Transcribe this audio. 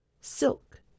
Silk